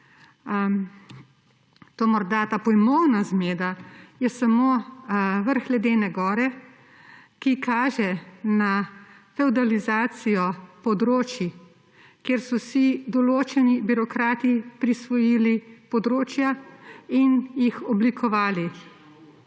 Ta pojmovna zmeda je samo vrh ledene gore, ki kaže na fevdalizacijo področij, kjer so si določeni birokrati prisvojili področja in jih oblikovali.